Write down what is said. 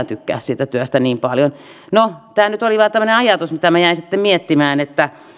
tykkää siitä työstä niin paljon no tämä nyt oli vain tämmöinen ajatus mitä minä jäin miettimään että